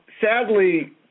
sadly